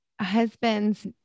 husband's